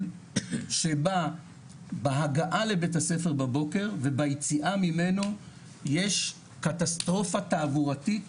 שבה בהגעה לבית הספר בבוקר וביציאה ממנו יש קטסטרופה תעבורתית